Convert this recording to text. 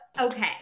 okay